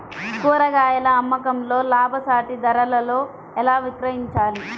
కూరగాయాల అమ్మకంలో లాభసాటి ధరలలో ఎలా విక్రయించాలి?